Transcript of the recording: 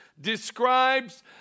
describes